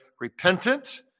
repentant